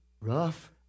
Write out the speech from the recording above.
rough